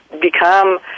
become